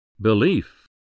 Belief